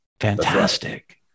fantastic